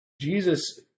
Jesus